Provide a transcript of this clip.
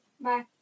bye